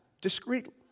discreetly